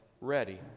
ready